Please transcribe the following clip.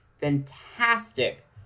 fantastic